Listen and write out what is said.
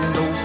no